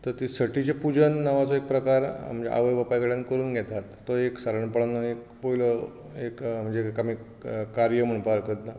तर ती सटिचें पुजन नांवाचो एक प्रकार आवय बापाय कडल्यान करून घेतात तो एक सादारणपणान पयलो एक म्हणजे आमी कार्य म्हणपाक हरकत ना